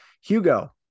Hugo